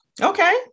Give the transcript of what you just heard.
Okay